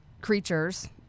creatures